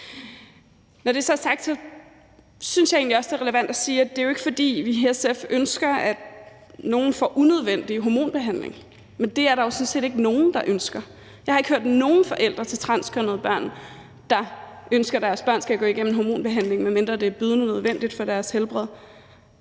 Når det er sagt, synes jeg egentlig også, at det er relevant at sige, at det jo ikke er, fordi vi i SF ønsker, at nogen får unødvendig hormonbehandling, men det er der jo sådan set ikke nogen der ønsker. Jeg har ikke hørt nogen forældre til transkønnede børn, der ønsker, at deres børn skal gå igennem hormonbehandling, medmindre det er bydende nødvendigt for deres helbred